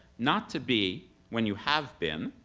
not to be, when you have been,